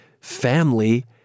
family